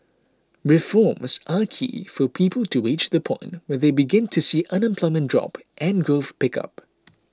reforms are key for people to reach the point where they begin to see unemployment drop and growth pick up